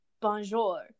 Bonjour